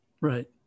Right